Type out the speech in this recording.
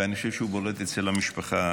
ואני חושב שהוא בולט אצל המשפחה: